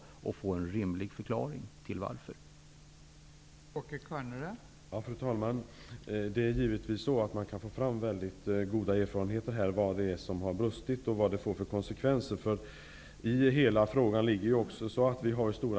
Man bör få en rimlig förklaring till varför det är på detta sätt.